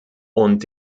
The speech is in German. und